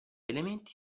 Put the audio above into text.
elementi